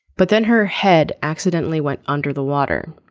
but then her head accidentally went under the water.